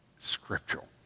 Scriptural